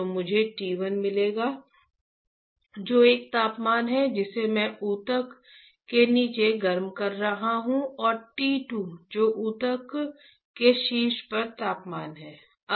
तो मुझे t 1 मिलेगा जो एक तापमान है जिसे मैं ऊतक के नीचे गर्म कर रहा हूं और t 2 जो ऊतक के शीर्ष पर तापमान है